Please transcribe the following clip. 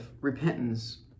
repentance